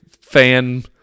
fan